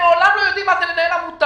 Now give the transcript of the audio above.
הם לא יודעים מה זה לנהל עמותה,